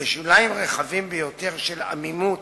מתאפיינת בשוליים רחבים ביותר של עמימות,